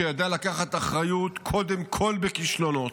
שידע לקחת אחריות קודם כול על כישלונות,